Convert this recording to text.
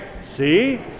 See